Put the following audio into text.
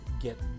get